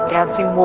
Dancing